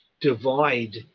divide